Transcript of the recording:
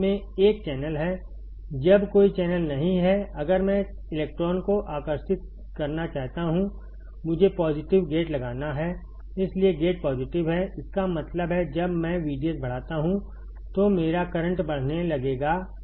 जब कोई चैनल नहीं है अगर मैं इलेक्ट्रॉन को आकर्षित करना चाहता हूं मुझे पॉजिटिव गेट लगाना है इसीलिए गेट पॉजिटिव है इसका मतलब है जब मैं VGS बढ़ाता हूं तो मेरा करंट बढ़ने लगेगा